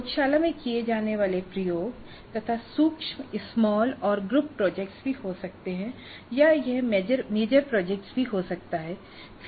प्रयोगशाला में किए जाने वाले प्रयोग तथा सूक्ष्म स्मॉल और ग्रुप प्रोजेक्ट्स भी हो सकते हैं या यह मेजर प्रोजेक्ट भी हो सकता हैं